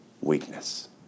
weakness